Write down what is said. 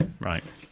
Right